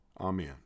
Amen